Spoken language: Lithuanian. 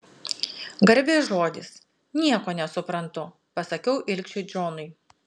garbės žodis nieko nesuprantu pasakiau ilgšiui džonui